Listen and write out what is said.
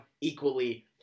equally